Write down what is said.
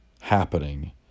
happening